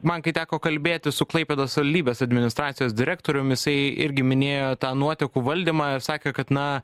man kai teko kalbėtis su klaipėdos svaldybės administracijos direktoriumi jisai irgi minėjo tą nuotekų valdymą ir sakė kad na